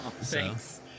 thanks